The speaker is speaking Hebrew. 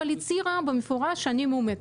אבל הצהירה במפורש שהיא מאומתת.